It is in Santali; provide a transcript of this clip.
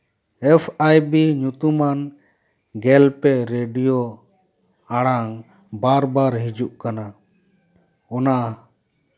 ᱮᱯᱷ ᱟᱭ ᱵᱤ ᱧᱩᱛᱩᱢᱟᱱ ᱜᱮᱞ ᱯᱮ ᱨᱮᱰᱤᱭᱳ ᱟᱲᱟᱝ ᱵᱟᱨ ᱵᱟᱨ ᱦᱤᱡᱩᱜ ᱠᱟᱱᱟ ᱚᱱᱟ